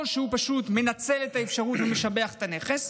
או שהוא פשוט מנצל את האפשרות ומשביח את הנכס,